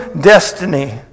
destiny